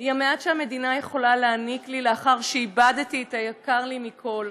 היא המעט שהמדינה יכולה להעניק לי לאחר שאיבדתי את היקר לי מכול.